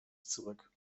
zurück